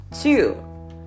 Two